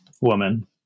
woman